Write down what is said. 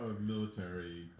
military